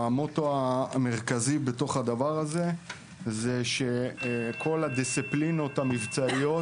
המוטו המרכזי בתוך הדבר הזה הוא שכל הדיסציפלינות המבצעיות